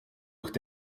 durch